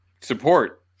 support